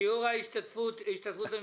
כמו על ההצעה הקודמת.